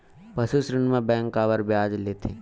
पशु ऋण म बैंक काबर ब्याज लेथे?